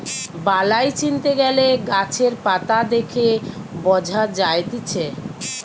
বালাই চিনতে গ্যালে গাছের পাতা দেখে বঝা যায়তিছে